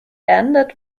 ended